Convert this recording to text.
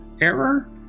error